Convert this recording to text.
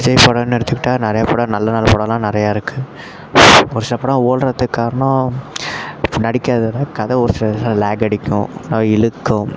விஜய் படன்னு எடுத்துக்கிட்டால் நிறைய படம் நல்ல நல்ல படலாம் நிறையா இருக்குது ஒரு சில படம் ஓடுறத்துக்கு காரணம் நடிக்கிறத விட கதை ஒரு சில இதில் லேக் அடிக்கும் அவை இழுக்கும்